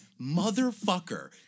motherfucker